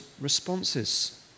responses